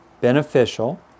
Beneficial